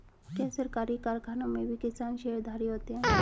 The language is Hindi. क्या सरकारी कारखानों में भी किसान शेयरधारी होते हैं?